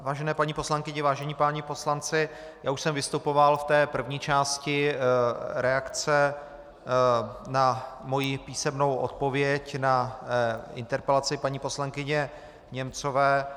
Vážené paní poslankyně, vážení páni poslanci, já už jsem vystupoval v první části reakce na svou písemnou odpověď na interpelaci paní poslankyně Němcové.